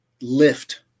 lift